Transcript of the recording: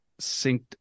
synced